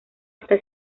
esta